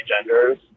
genders